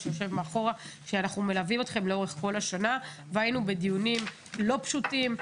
שאנחנו מלווים אתכם לאורך כל השנה והיינו בדיונים לא פשוטים,